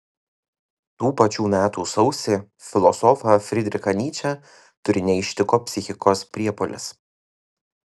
tų pačių metų sausį filosofą frydrichą nyčę turine ištiko psichikos priepuolis